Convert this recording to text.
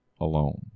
alone